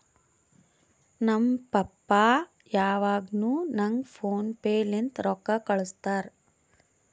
ನಮ್ ಪಪ್ಪಾ ಯಾವಾಗ್ನು ನಂಗ್ ಫೋನ್ ಪೇ ಲಿಂತೆ ರೊಕ್ಕಾ ಕಳ್ಸುತ್ತಾರ್